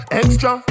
extra